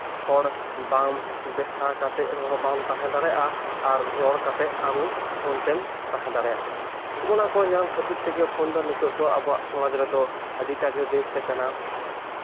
ᱦᱚᱲ ᱵᱟᱢ ᱫᱮᱠᱷᱟ ᱠᱟᱛᱮᱜ ᱨᱮᱦᱚᱸ ᱵᱟᱢ ᱛᱟᱦᱮᱸ ᱫᱟᱲᱮᱭᱟᱜᱼᱟ ᱟᱨ ᱨᱚᱲ ᱠᱟᱛᱮᱜ ᱟᱢ ᱯᱷᱳᱱ ᱛᱮᱢ ᱛᱟᱦᱮᱸ ᱫᱟᱲᱮᱭᱟᱜ ᱠᱟᱱᱟ ᱚᱱᱟ ᱠᱚ ᱧᱟᱢ ᱠᱷᱟᱹᱛᱤᱨ ᱛᱮᱜᱮ ᱯᱷᱳᱱ ᱫᱚ ᱱᱤᱛᱚᱜ ᱫᱚ ᱟᱵᱚᱣᱟᱜ ᱥᱚᱢᱟᱡᱽ ᱨᱮᱫᱚ ᱟᱹᱰᱤᱴᱟᱜᱮ ᱵᱮᱥ ᱠᱟᱱᱟ